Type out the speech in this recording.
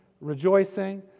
rejoicing